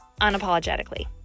unapologetically